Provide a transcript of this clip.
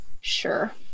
sure